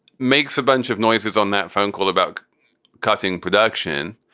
makes a bunch of noises on that phone call about cutting production.